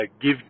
give